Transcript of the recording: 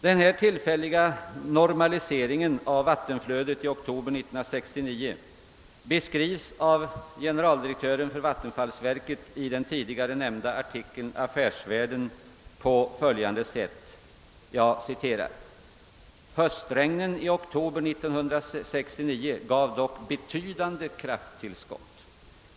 Den här tillfälliga normaliseringen av vattenflödet i oktober 1969 beskrivs av generaldirektören för vattenfallsverket på följande sätt i den tidigare nämnda artikeln i Affärsvärlden: »Höstregnen i oktober 1969 gav dock betydande krafttillskott.